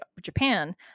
Japan